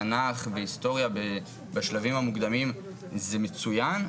תנ"ך והיסטוריה בשלבים המוקדמים זה מצוין,